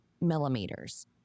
millimeters